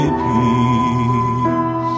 peace